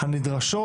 הנדרשות,